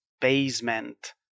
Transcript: basement